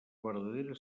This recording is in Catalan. verdadera